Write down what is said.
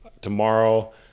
tomorrow